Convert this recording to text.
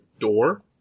door